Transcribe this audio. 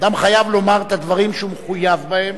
אדם חייב לומר את הדברים שהוא מחויב בהם.